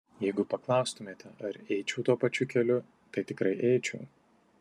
jeigu paklaustumėte ar eičiau tuo pačiu keliu tai tikrai eičiau